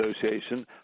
Association